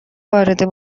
وارد